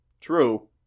True